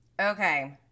okay